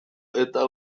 eta